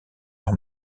leur